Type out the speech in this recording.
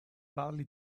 badly